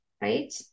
right